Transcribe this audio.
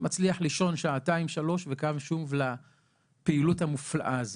מצליח לישון שעתיים-שלוש וקם שוב לפעילות המופלאה הזאת.